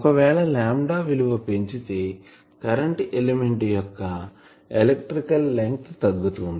ఒకవేళ లాంబ్డా విలువ పెంచితే కరెంటు ఎలిమెంట్ యొక్క ఎలక్ట్రికల్ లెంగ్త్ తగ్గుతుంది